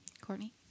Courtney